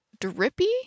drippy